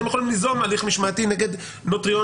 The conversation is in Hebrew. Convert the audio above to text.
אתם יכולים ליזום הליך משמעתי נגד נוטריון.